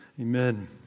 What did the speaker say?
Amen